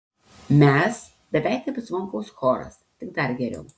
mes beveik kaip zvonkaus choras tik dar geriau